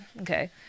Okay